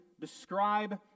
describe